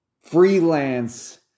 Freelance